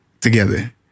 together